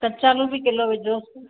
कचालू बि किलो विझोसि